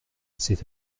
cet